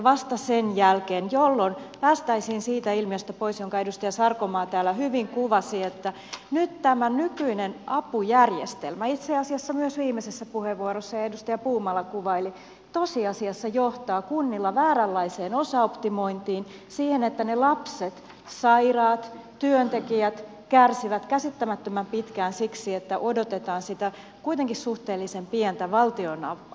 vasta sen jälkeen päästäisiin siitä ilmiöstä pois jonka edustaja sarkomaa täällä hyvin kuvasi itse asiassa myös viimeisessä puheenvuorossa edustaja puumala kuvaili että nyt tämä nykyinen apujärjestelmä tosiasiassa johtaa kunnilla vääränlaiseen osaoptimointiin siihen että ne lapset sairaat työntekijät kärsivät käsittämättömän pitkään siksi että odotetaan sitä kuitenkin suhteellisen pientä valtionapua